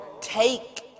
take